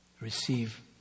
receive